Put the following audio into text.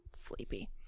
Sleepy